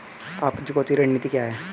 आपकी चुकौती रणनीति क्या है?